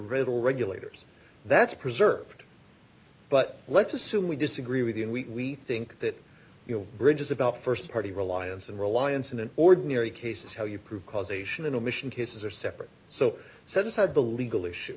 riddle regulators that's preserved but let's assume we disagree with you and we think that you know bridges about st party reliance and reliance in an ordinary case is how you prove causation in a mission cases are separate so set aside the legal issue